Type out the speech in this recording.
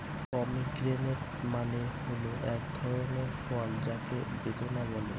pomegranate মানে হল এক ধরনের ফল যাকে বেদানা বলে